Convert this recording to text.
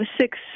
six